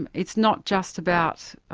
and it's not just about